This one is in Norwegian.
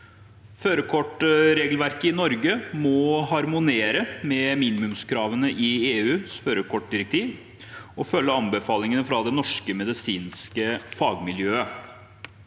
Førerkortregelverket i Norge må harmonere med minimumskravene i EUs førerkortdirektiv og følge anbefalingene fra det norske medisinske fagmiljøet.